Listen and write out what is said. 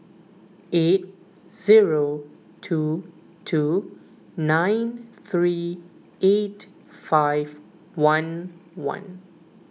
eight zero two two nine three eight five one one